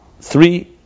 three